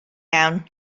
iawn